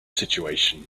situation